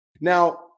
Now